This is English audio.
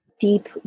deep